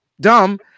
dumb